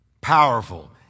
powerful